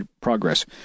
progress